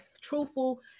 truthful